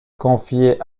confié